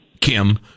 kim